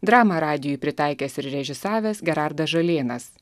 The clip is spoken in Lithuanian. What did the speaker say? dramą radijui pritaikęs ir režisavęs gerardas žalėnas